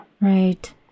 Right